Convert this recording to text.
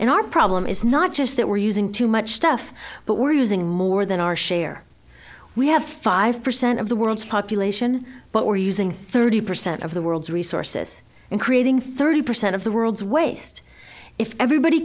and our problem is not just that we're using too much stuff but we're using more than our share we have five percent of the world's population but we're using thirty percent of the world's resources in creating thirty percent of the world's waste if everybody